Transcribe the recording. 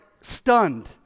stunned